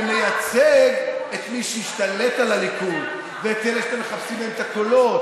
זה מייצג את מי שהשתלט על הליכוד ואת אלה שאתם מחפשים מהם את הקולות.